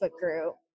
group